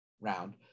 round